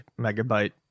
megabyte